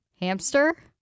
Hamster